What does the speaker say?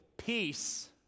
peace